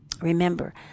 Remember